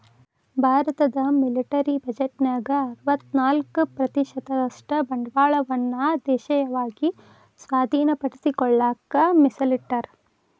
ಭಾರತದ ಮಿಲಿಟರಿ ಬಜೆಟ್ನ್ಯಾಗ ಅರವತ್ತ್ನಾಕ ಪ್ರತಿಶತದಷ್ಟ ಬಂಡವಾಳವನ್ನ ದೇಶೇಯವಾಗಿ ಸ್ವಾಧೇನಪಡಿಸಿಕೊಳ್ಳಕ ಮೇಸಲಿಟ್ಟರ